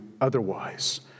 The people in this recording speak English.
otherwise